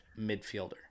midfielder